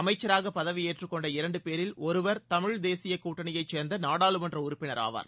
அமைச்சராக பதவியேற்று கொண்ட இரண்டு பேரில் ஒருவர் தமிழ் தேசிய கூட்டணியை சேர்ந்த நாடாளுமன்ற உறுப்பினரும் ஆவார்